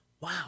wow